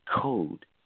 code